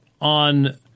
on